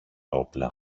όπλα